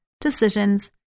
decisions